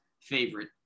favorite